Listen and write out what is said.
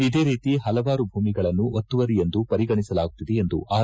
ಇದೇ ರೀತಿ ಪಲವಾರು ಭೂಮಿಗಳನ್ನು ಒತ್ತುವರಿ ಎಂದು ಪರಿಗಣಿಸಲಾಗುತ್ತಿದೆ ಎಂದು ಆರ್